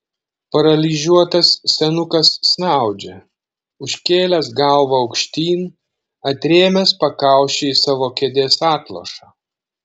paralyžiuotas senukas snaudžia užkėlęs galvą aukštyn atrėmęs pakauši į savo kėdės atlošą